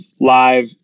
live